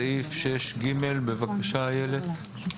סעיף 6ג, בבקשה איילת.